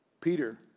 Peter